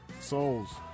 Souls